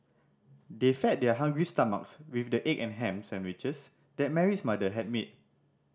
they fed their hungry stomachs with the egg and ham sandwiches that Mary's mother had made